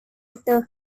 itu